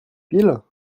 piles